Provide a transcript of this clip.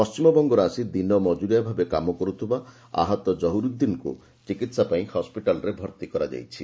ପଶ୍ଚିମବଙ୍ଗରୁ ଆସି ଦିନମଜୁରିଆ ଭାବେ କାମ କରୁଥିବା ଆହତ କହୁର୍ଉଦ୍ଦିନକୁ ଚିକିତ୍ସା ପାଇଁ ହସ୍କିଟାଲରେ ଭର୍ତ୍ତି କରାଯାଇଛି